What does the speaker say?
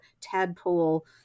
tadpole